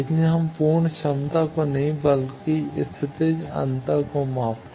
इसलिए हम पूर्ण क्षमता को नहीं बल्कि स्थितिज अंतर को मापते